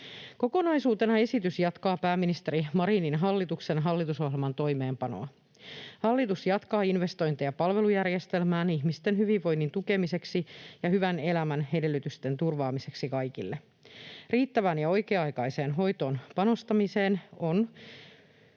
Kokonaisuutena esitys jatkaa pääministeri Marinin hallituksen hallitusohjelman toimeenpanoa. Hallitus jatkaa investointeja palvelujärjestelmään ihmisten hyvinvoinnin tukemiseksi ja hyvän elämän edellytysten turvaamiseksi kaikille. Riittävään ja oikea-aikaiseen hoitoon panostamiseen on